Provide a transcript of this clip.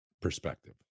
perspective